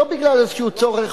לא בגלל איזה צורך,